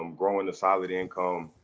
um growing a solid income.